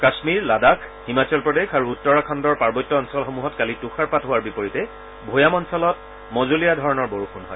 কাশ্মীৰ লাডাখ হিমাচল প্ৰদেশ আৰু উত্তৰাখণ্ডৰ পাৰ্বত্য অঞ্চলসমূহত কালি তুষাৰপাত হোৱাৰ বিপৰীতে ভৈয়াম অঞ্চলত মজলীয়া ধৰণৰ বৰষুণ হয়